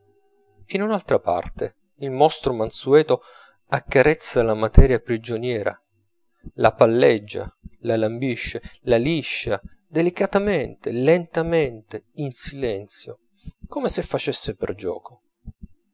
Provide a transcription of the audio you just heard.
in un'altra parte il mostro mansueto accarezza la materia prigioniera la palleggia la lambisce la liscia delicatamente lentamente in silenzio come se facesse per gioco